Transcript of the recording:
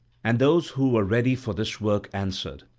and those who were ready for this work answered,